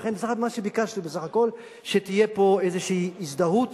לכן מה שביקשתי בסך הכול, שתהיה פה איזושהי הזדהות